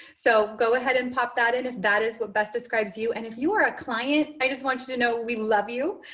so go ahead and pop that in. and if that is what best describes you and if you are a client, i just want you to know we love you.